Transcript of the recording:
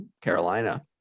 Carolina